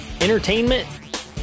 entertainment